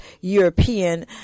European